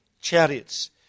chariots